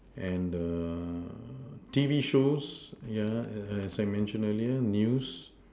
and T V shows as I mentioned earlier news